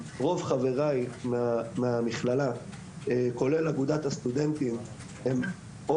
רוב חבריי מהמכללה כולל אגודת הסטודנטים הם או